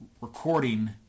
recording